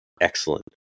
excellent